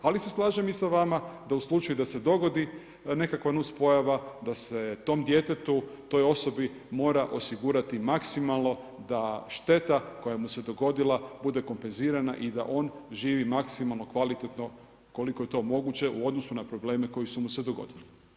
Ali se slažem i sa vama da u slučaju da se dogodi nekakva nuspojava da se tom djetetu, toj osobi mora osigurati maksimalno da šteta koja mu se dogodila bude kompenzirana i da on živi maksimalno kvalitetno koliko je to moguće u odnosu na probleme koji su mu se dogodili.